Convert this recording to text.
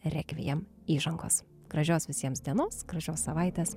rekviem įžangos gražios visiems dienos gražios savaitės